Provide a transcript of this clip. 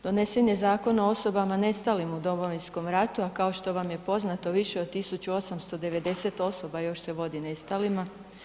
Donesen je Zakon o osobama nestalim u Domovinskom ratu, a kao što vam je poznato, više od 1890 osoba još se vodi nestalima.